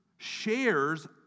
shares